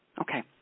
Okay